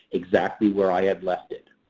exactly where i have left it.